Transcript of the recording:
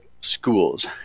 schools